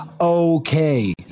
okay